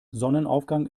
sonnenaufgang